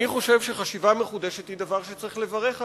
אני חושב שחשיבה מחודשת היא דבר שצריך לברך עליו,